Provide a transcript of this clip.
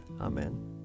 Amen